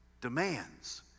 demands